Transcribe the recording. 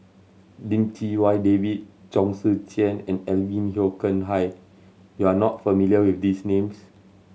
Lim Chee Wai David Chong Tze Chien and Alvin Yeo Khirn Hai you are not familiar with these names